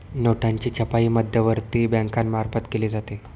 नोटांची छपाई मध्यवर्ती बँकेमार्फत केली जाते